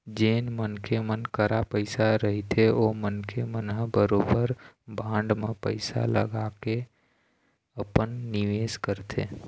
जेन मनखे मन करा पइसा रहिथे ओ मनखे मन ह बरोबर बांड म पइसा लगाके अपन निवेस करथे